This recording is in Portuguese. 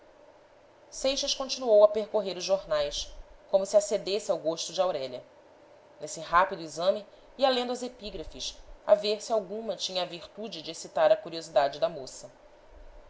dia seixas continuou a percorrer os jornais como se acedesse ao gosto de aurélia nesse rápido exame ia lendo as epígrafes a ver se alguma tinha a virtude de excitar a curiosidade da moça